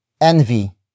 envy